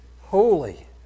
holy